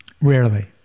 Rarely